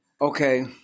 okay